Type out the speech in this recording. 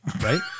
Right